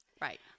right